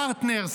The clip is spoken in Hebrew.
פרטנר,